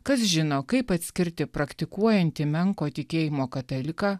kas žino kaip atskirti praktikuojantį menko tikėjimo kataliką